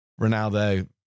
Ronaldo